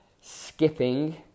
skipping